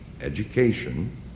education